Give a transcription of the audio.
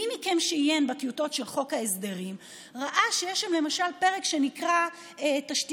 מי מכם שעיין בטיוטות של חוק ההסדרים ראה שיש שם למשל פרק שנקרא "תשתיות